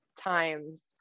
times